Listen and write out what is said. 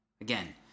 Again